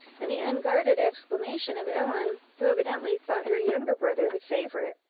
and the unguarded exclamation of ellen, who evidently thought her younger brother the favourite,